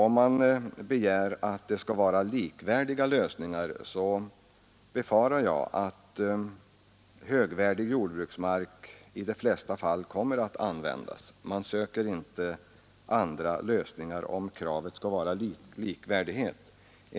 Om man som i civildepartementets promemoria till länsstyrelserna begär likvärdiga lösningar, befarar jag att högvärdig jordbruksmark i de flesta fall i första hand kommer att användas. Man söker inte andra lösningar, om kravet skall vara likvärdighet med högvärdig jordbruksmark.